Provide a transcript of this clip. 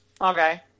Okay